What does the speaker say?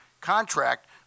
contract